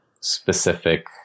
specific